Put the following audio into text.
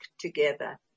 together